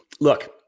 Look